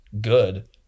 good